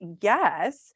yes